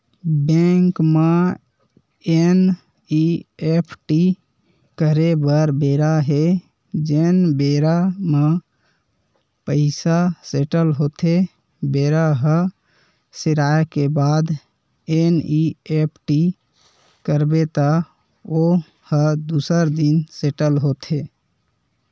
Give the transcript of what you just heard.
bank म NEFT करे बर बेरा हे जेने बेरा म पइसा सेटल होथे बेरा ह सिराए के बाद एन.ई.एफ.टी करबे त ओ ह दूसर दिन सेटल होथे